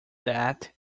that